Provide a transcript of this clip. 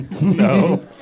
no